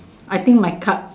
I think my cut